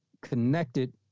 connected